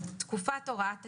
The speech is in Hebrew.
התשמ"ז 1987‏; "תקופת הוראת השעה"